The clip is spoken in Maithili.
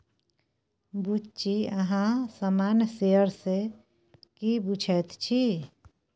बुच्ची अहाँ सामान्य शेयर सँ की बुझैत छी?